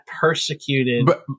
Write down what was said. persecuted